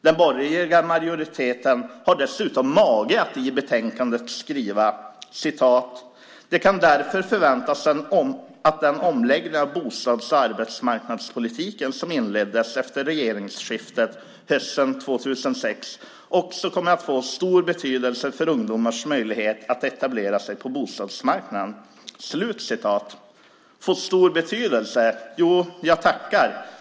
Den borgerliga majoriteten har dessutom mage att i betänkandet skriva: "Det kan därför förväntas att den omläggning av bostads och arbetsmarknadspolitiken som inleddes efter regeringsskiftet hösten 2006 också kommer att få stor betydelse för ungdomars möjlighet att etablera sig på bostadsmarknaden." Få stor betydelse - jo, jag tackar!